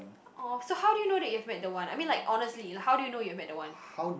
oh so how do you know that you've met the one I mean like honestly how do you know you've met the one